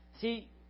See